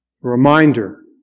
Reminder